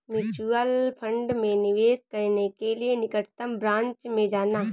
mutual fund में निवेश करने के लिए निकटतम ब्रांच में जाना